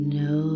no